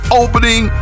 opening